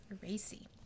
racy